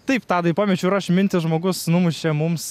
taip tadai pamečiau ir aš mintį žmogus numušė mums